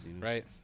Right